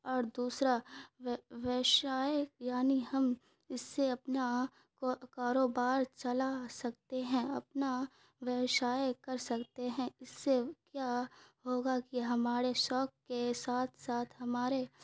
اور دوسرا ویوسائے یعنی ہم اس سے اپنا کاروبار چلا سکتے ہیں اپنا ویوسائے کر سکتے ہیں اس سے کیا ہوگا کہ ہمارے شوق کے ساتھ ساتھ ہمارے